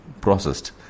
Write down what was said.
processed